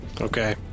Okay